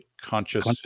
conscious